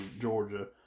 Georgia